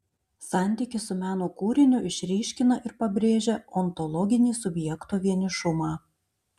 santykis su meno kūriniu išryškina ir pabrėžia ontologinį subjekto vienišumą